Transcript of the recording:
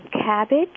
cabbage